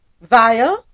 via